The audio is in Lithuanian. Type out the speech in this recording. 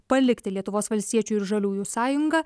palikti lietuvos valstiečių ir žaliųjų sąjungą